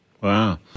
Wow